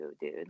dude